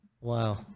Wow